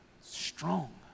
strong